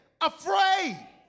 Afraid